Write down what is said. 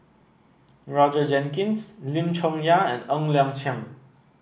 Roger Jenkins Lim Chong Yah and Ng Liang Chiang